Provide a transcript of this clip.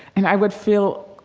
and i would feel,